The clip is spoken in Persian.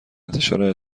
انتشار